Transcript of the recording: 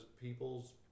people's